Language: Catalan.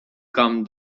com